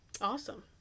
Awesome